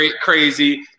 crazy